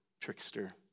trickster